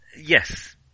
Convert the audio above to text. Yes